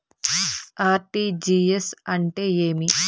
RTGS అంటే ఏమి?